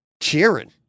cheering